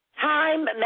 Time